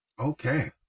Okay